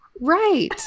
Right